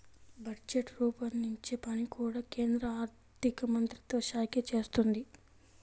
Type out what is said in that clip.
budget రూపొందించే పని కూడా కేంద్ర ఆర్ధికమంత్రిత్వ శాఖే చేస్తుంది